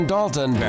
Dalton